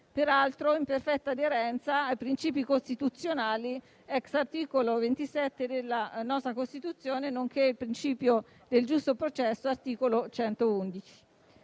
peraltro in perfetta aderenza ai principi costituzionali, *ex* articolo 27 della nostra Costituzione, nonché al principio del giusto processo, di cui